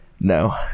no